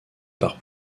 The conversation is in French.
par